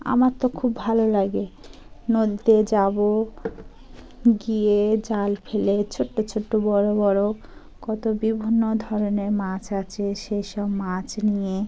আমার তো খুব ভালো লাগে নদীতে যাবো গিয়ে জাল ফেলে ছোট্টো ছোট্টো বড় বড় কত বিভিন্ন ধরনের মাছ আছে সেই সব মাছ নিয়ে